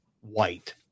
white